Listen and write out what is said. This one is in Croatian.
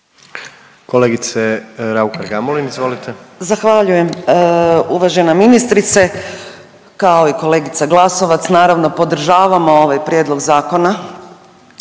izvolite. **Raukar-Gamulin, Urša (Možemo!)** Zahvaljujem uvažena ministrice. Kao i kolegica Glasovac naravno podržavamo ovaj prijedlog zakona